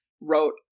wrote